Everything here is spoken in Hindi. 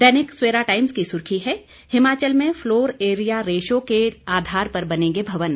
दैनिक सवेरा टाइम्स की सुर्खी है हिमाचल में फ्लोर एरिया रेशो के आधार पर बनेंगे भवन